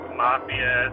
mafia